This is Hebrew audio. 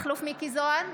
בעד מכלוף מיקי זוהר,